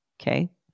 okay